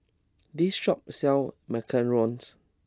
this shop sells Macarons